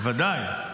בוודאי.